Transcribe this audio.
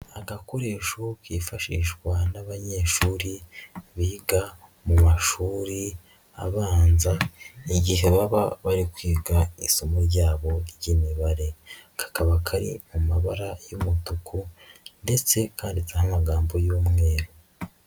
Agakoresho kifashishwa n'abanyeshuri biga mu mashuri abanza igihe baba bari kwiga isomo ryabo ry'Imibare. Kakaba kari mu mabara y'umutuku ndetse kanditseho amagambo y'umweru.